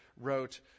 wrote